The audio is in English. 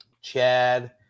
Chad